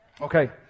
Okay